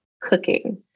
cooking